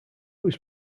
was